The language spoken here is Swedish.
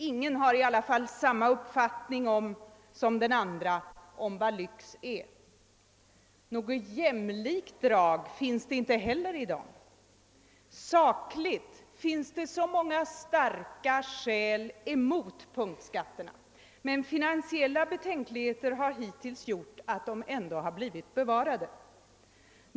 Ingen har i alla fall samma uppfattning som den andra om vad som är lyx. Något jämlikhetsdrag finns det inte heller i punktskatterna. Sakligt finns det många starka skäl emot punktskatterna, men finansiella betänkligheter har hittills gjort att de ändå bibehållits.